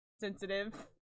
sensitive